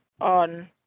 on